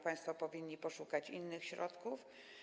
Państwo powinni poszukać innych środków.